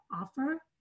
offer